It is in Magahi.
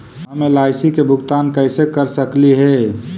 हम एल.आई.सी के भुगतान कैसे कर सकली हे?